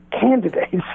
candidates